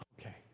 Okay